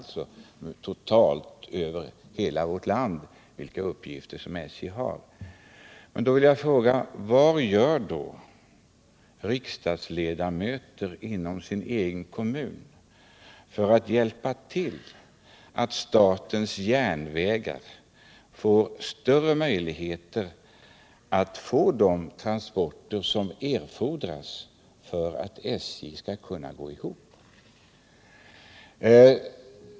Men vad gör då dessa riksdagsledamöter inom sin egen kommun för att hjälpa SJ att få de transporter som erfordras för att SJ skall kunna gå ihop?